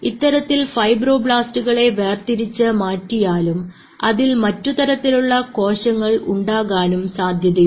ഇത്തരത്തിൽ ഫൈബ്രോബ്ലാസ്റ്റുകളെ വേർതിരിച്ച് മാറ്റിയാലും അതിൽ മറ്റു തരത്തിലുള്ള കോശങ്ങൾ ഉണ്ടാകാനും സാധ്യതയുണ്ട്